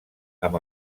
amb